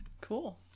Cool